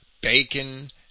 Bacon